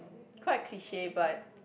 quite cliche but